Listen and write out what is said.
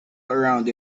around